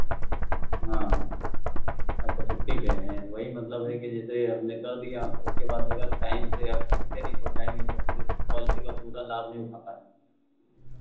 हाँ अच्छा छुट्टी पे हैं वही मतलब है कि जैसे हमने कर दिया उसके बाद अगर टाइम से आप किस्तें नहीं पहुंचाएंगे तो फिर पॉलिसी का पूरा लाभ नहीं उठा पाएंगे